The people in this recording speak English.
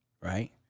right